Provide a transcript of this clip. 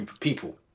people